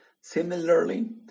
Similarly